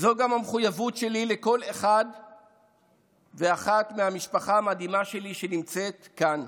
זו גם המחויבות שלי לכל אחד ואחת מהמשפחה המדהימה שלי שנמצאת כאן,